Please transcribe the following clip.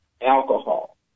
alcohol